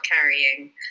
carrying